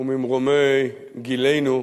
וממרומי גילנו,